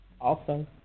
Awesome